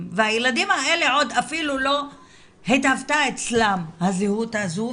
והילדים האלה עוד אפילו לא התהוותה אצלם הזהות הזאת,